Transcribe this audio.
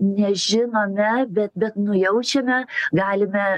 nežinome bet bet nujaučiame galime